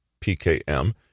PKM